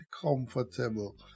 comfortable